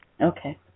Okay